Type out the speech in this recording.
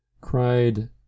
cried